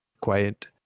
Quiet